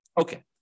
Okay